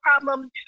problem